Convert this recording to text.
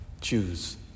choose